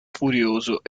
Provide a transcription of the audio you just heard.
furioso